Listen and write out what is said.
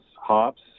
hops